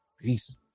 Peace